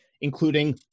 including